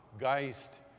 Geist